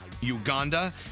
Uganda